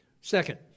Second